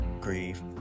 grieve